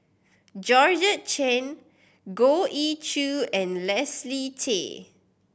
Georgette Chen Goh Ee Choo and Leslie Tay